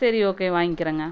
சரி ஓகே வாங்கிக்கிறேங்க